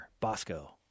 Bosco